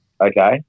okay